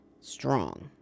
strong